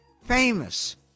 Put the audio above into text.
famous